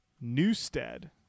Newstead